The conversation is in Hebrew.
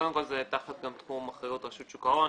קודם כל, זה תחת תחום אחריות רשות שוק ההון.